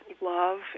love